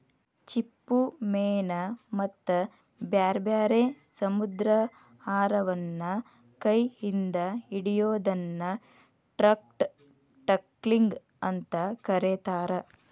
ಚಿಪ್ಪುಮೇನ ಮತ್ತ ಬ್ಯಾರ್ಬ್ಯಾರೇ ಸಮುದ್ರಾಹಾರವನ್ನ ಕೈ ಇಂದ ಹಿಡಿಯೋದನ್ನ ಟ್ರೌಟ್ ಟಕ್ಲಿಂಗ್ ಅಂತ ಕರೇತಾರ